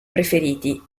preferiti